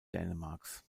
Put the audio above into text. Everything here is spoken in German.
dänemarks